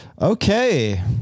Okay